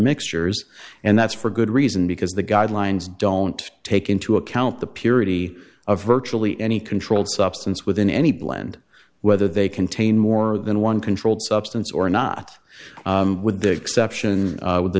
mixtures and that's for good reason because the guidelines don't take into account the purity of virtually any controlled substance within any blend whether they contain more than one controlled substance or not with the exception